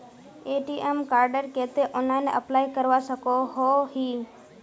ATM कार्डेर केते online apply करवा सकोहो ही?